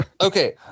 Okay